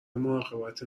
مراقبت